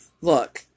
look